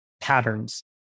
patterns